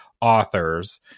authors